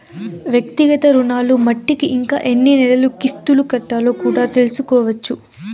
వ్యక్తిగత రుణాలు మట్టికి ఇంకా ఎన్ని నెలలు కిస్తులు కట్టాలో కూడా తెల్సుకోవచ్చు